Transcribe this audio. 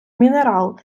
мінерал